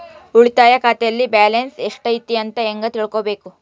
ಉಳಿತಾಯ ಖಾತೆಯಲ್ಲಿ ಬ್ಯಾಲೆನ್ಸ್ ಎಷ್ಟೈತಿ ಅಂತ ಹೆಂಗ ತಿಳ್ಕೊಬೇಕು?